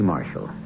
Marshall